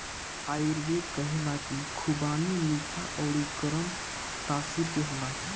आयुर्वेद कहेला की खुबानी मीठा अउरी गरम तासीर के होला